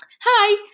hi